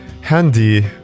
handy